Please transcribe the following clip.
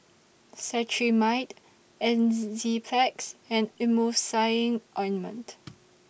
Cetrimide Enzyplex and Emulsying Ointment